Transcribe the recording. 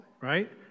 right